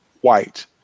white